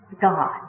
God